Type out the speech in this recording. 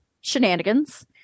shenanigans